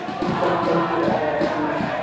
i can't thank you all enough